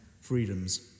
freedom's